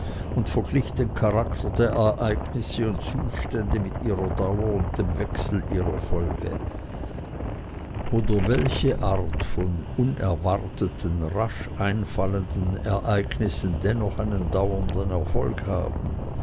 und verglich den charakter der ereignisse und zustände mit ihrer dauer und dem wechsel ihrer folge welche art von länger anhaltenden zuständen z b ein plötzliches oder aber ein allgemaches ende nehmen oder welche art von unerwarteten rasch einfallenden ereignissen dennoch einen dauernden erfolg haben